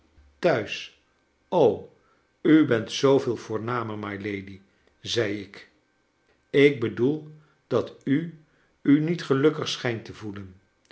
thuis o u bent zooveel voornamer my lady zei ik ik bedoel dat u u niet gelukkig schijnt te voelen